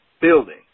building